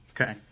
Okay